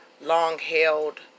long-held